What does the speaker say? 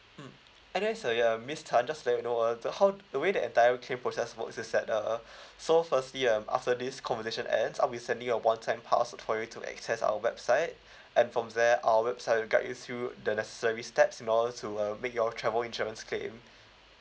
mm and then so yeah miss tan just to let you know uh the how the way the entire claim process works is that uh so firstly um after this conversation ends I'll be sending you a one-time password for you to access our website and from there our website will guide you through the necessary steps in order to uh make your travel insurance claim